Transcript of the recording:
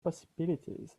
possibilities